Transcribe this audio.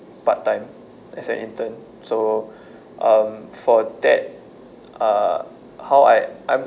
part time as an intern so um for that uh how I um